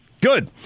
Good